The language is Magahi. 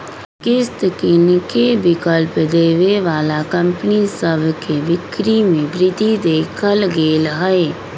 किस्त किनेके विकल्प देबऐ बला कंपनि सभ के बिक्री में वृद्धि देखल गेल हइ